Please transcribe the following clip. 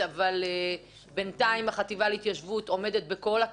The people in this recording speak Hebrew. אבל בינתיים החטיבה להתיישבות עומדת בכל הכללים.